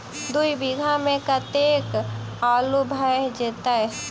दु बीघा मे कतेक आलु भऽ जेतय?